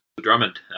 Drummond